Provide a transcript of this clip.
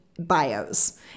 bios